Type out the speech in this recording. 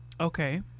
Okay